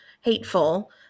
hateful